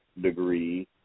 degree